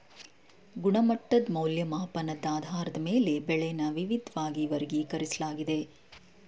ಗುಣಮಟ್ಟದ್ ಮೌಲ್ಯಮಾಪನದ್ ಆಧಾರದ ಮೇಲೆ ಬೆಳೆನ ವಿವಿದ್ವಾಗಿ ವರ್ಗೀಕರಿಸ್ಲಾಗಿದೆ